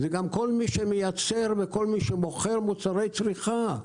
אלא כל מי שמייצר ומוכר מוצרי צריכה.